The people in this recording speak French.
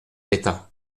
d’état